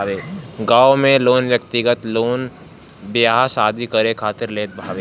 गांव में लोग व्यक्तिगत लोन बियाह शादी करे खातिर लेत हवे